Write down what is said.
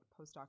postdoc